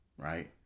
right